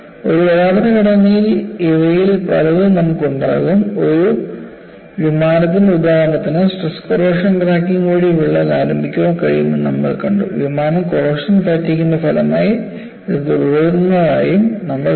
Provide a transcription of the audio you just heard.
ഒരു യഥാർത്ഥ ഘടനയിൽ ഇവയിൽ പലതും നമുക്ക് ഉണ്ടാകും ഒരു വിമാനത്തിന്റെ ഉദാഹരണത്തിന് സ്ട്രെസ് കോറോഷൻ ക്രാക്കിംഗ് വഴി വിള്ളൽ ആരംഭിക്കാൻ കഴിയുമെന്ന് നമ്മൾ കണ്ടു വിമാനം കോറോഷൻ ഫാറ്റിഗ്ൻറെ ഫലമായി ഇത് തുടരുന്നതായും നമ്മൾ കണ്ടു